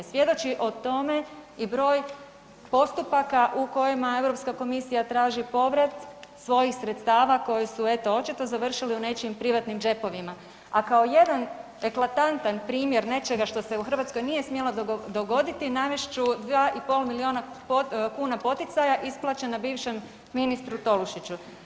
Svjedoči o tome i broj postupaka u kojima EU komisija traži povrat svojih sredstava koji su, evo očito završili u nečijim privatnim džepovima, a kao jedan eklatantan primjer nečega što se u Hrvatskoj nije smjelo dogoditi, navest ću 2,5 milijuna kuna poticaja isplaćena bivšem ministru Tolušiću.